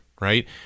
right